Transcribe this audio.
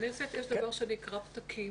בכנסת יש דבר שנקרא פתקים,